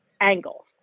angle